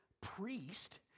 priest